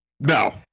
No